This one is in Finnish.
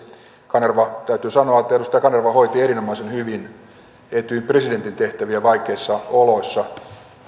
kanerva täytyy sanoa että edustaja kanerva hoiti erinomaisen hyvin etyjin presidentin tehtäviä vaikeissa oloissa